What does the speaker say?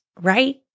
right